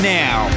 now